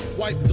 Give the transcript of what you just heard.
white